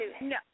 No